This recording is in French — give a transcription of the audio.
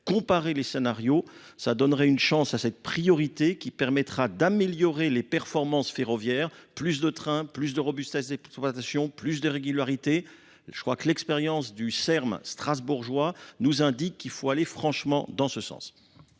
comparer les scénarios, ça donnerait une chance à cette priorité qui permettra d'améliorer les performances ferroviaires plus de trains plus de robustes exploitation plus de régularité je crois que l'expérience du serm strasbourgeois nous indique qu'il faut aller franchement dans ce sens